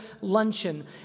luncheon